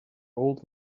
old